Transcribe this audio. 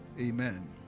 Amen